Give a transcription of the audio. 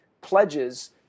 pledges